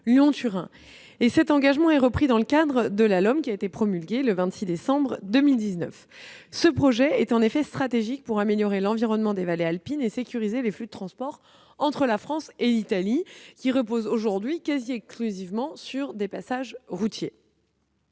Lyon-Turin, et cet engagement a été repris dans la LOM, promulguée le 26 décembre 2019. Ce projet est en effet stratégique pour améliorer l'environnement des vallées alpines et sécuriser les flux de transports entre la France et l'Italie, lesquels reposent aujourd'hui presque exclusivement sur des passages routiers.